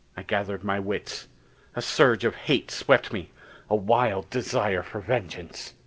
i gathered my wits a surge of hate swept me a wild desire for vengeance.